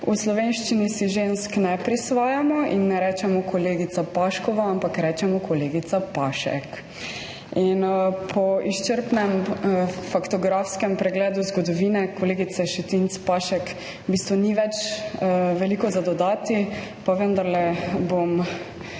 V slovenščini si žensk ne prisvajamo in ne rečemo kolegica Paškova, ampak rečemo kolegica Pašek. Po izčrpnem faktografskem pregledu zgodovine kolegice Šetinc Pašek v bistvu ni več veliko dodati, pa vendarle, bom kratka.